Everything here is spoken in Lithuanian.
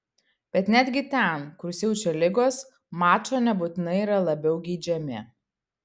bet netgi ten kur siaučia ligos mačo nebūtinai yra labiau geidžiami